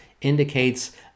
indicates